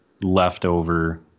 leftover